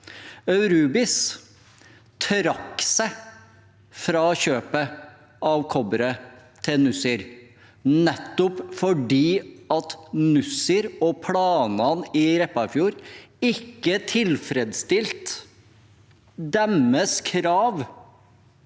Aurubis, trakk seg fra kjøpet av kobberet til Nussir, nettopp fordi Nussir og planene i Repparfjorden ikke tilfredsstilte deres krav